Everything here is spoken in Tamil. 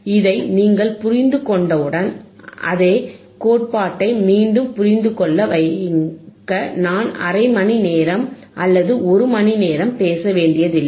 இதை நீங்கள் புரிந்து கொண்டவுடன் அதே கோட்பாட்டை மீண்டும் புரிந்துகொள்ள வைக்க நான் அரை மணி நேரம் அல்லது ஒரு மணிநேரம் பேச வேண்டியதில்லை